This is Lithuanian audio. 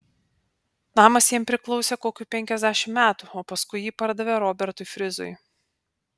namas jiems priklausė kokių penkiasdešimt metų o paskui jį pardavė robertui frizui